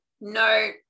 no